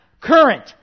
current